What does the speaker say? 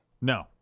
No